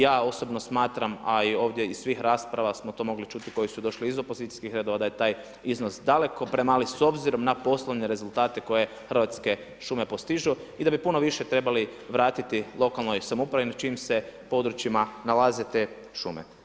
Ja osobno smatram a i ovdje iz svih rasprava smo to mogli čuti koji su došli iz opozicijskih redova da je taj iznos daleko premali s obzirom na poslovne rezultate koje Hrvatske šume postižu i da bi puno više trebali vratiti lokalnoj samoupravi na čijim se područjima nalaze te šume.